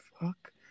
fuck